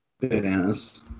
bananas